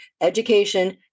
education